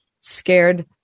scared